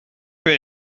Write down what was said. weer